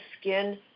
skin